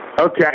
Okay